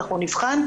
אנחנו נבחן,